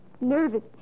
nervous